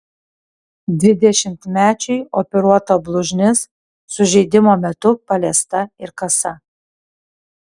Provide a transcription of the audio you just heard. dvidešimtmečiui operuota blužnis sužeidimo metu paliesta ir kasa